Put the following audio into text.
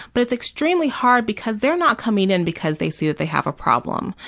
but it's extremely hard because they're not coming in because they see that they have a problem.